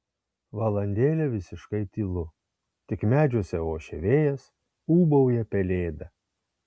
valandėlę visiškai tylu tik medžiuose ošia vėjas ūbauja pelėda